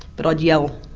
but i'd yell.